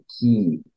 key